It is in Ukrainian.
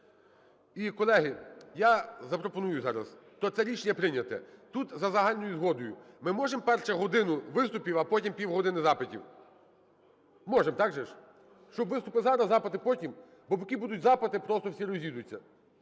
І, колеги, я запропоную зараз. То це рішення прийняте, тут за загальною згодою: ми можемо, перше, годину виступів, а потім півгодини запитів? Можемо, так же ж? Щоб виступи зараз, запити потім, бо поки будуть запити, просто всі розійдуться.